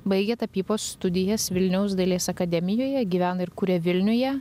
baigė tapybos studijas vilniaus dailės akademijoje gyvena ir kuria vilniuje